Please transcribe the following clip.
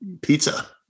pizza